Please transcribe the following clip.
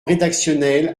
rédactionnel